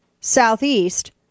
southeast